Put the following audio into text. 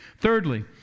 Thirdly